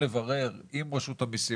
לברר עם רשות המיסים,